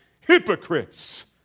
hypocrites